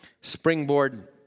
springboard